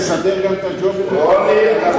כדי לסדר את הג'ובים גם לחברי